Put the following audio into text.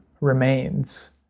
remains